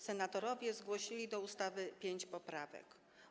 Senatorowie zgłosili do ustawy pięć poprawek.